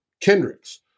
Kendricks